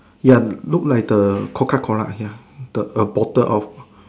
ya look like the Coca Cola ya the a bottle of